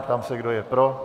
Ptám se, kdo je pro.